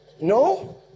No